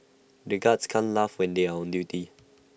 the guards can't laugh when they are on duty